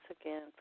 again